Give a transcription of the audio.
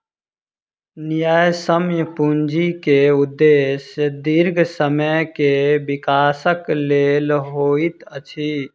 न्यायसम्य पूंजी के उदेश्य दीर्घ समय के विकासक लेल होइत अछि